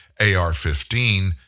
AR-15